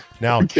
Now